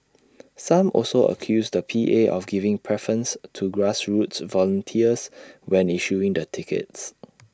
some also accused the P A of giving preference to grassroots volunteers when issuing the tickets